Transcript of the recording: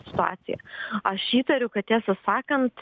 situaciją aš įtariu kad tiesą sakant